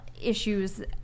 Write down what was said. issues